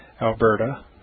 Alberta